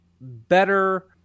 Better